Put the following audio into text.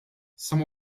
some